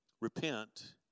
repent